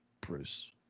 Bruce